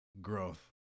growth